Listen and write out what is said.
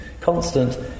constant